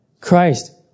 Christ